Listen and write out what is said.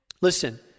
listen